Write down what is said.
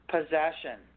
Possession